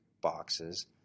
boxes